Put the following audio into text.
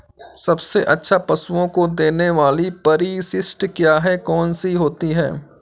सबसे अच्छा पशुओं को देने वाली परिशिष्ट क्या है? कौन सी होती है?